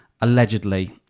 allegedly